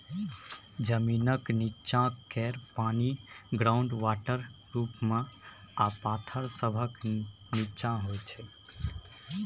जमीनक नींच्चाँ केर पानि ग्राउंड वाटर रुप मे आ पाथर सभक नींच्चाँ होइ छै